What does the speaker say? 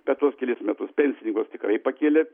per tuos kelis metus pensininkus tikrai pakėlė